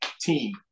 team